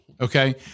okay